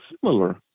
similar